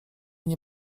nie